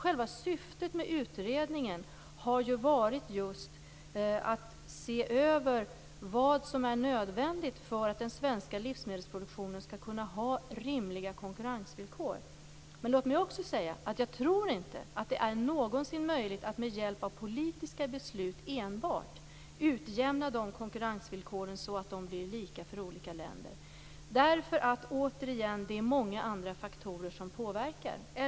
Själva syftet med utredningen har ju varit just att se över vad som är nödvändigt för att den svenska livsmedelsproduktionen skall kunna ha rimliga konkurrensvillkor. Men låt mig också säga att jag inte tror att det någonsin är möjligt att med hjälp av enbart politiska beslut utjämna konkurrensvillkoren så att de blir lika för olika länder. Det är nämligen många andra faktorer som påverkar.